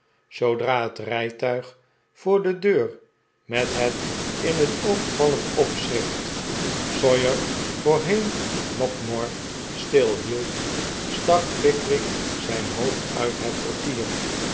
zoodra het rijtuig voor de deur met het in t oog vallend opschrift sawyer voorheen nockemorf stilhield stak pickwick zijn hoofd uit het portier